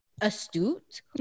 astute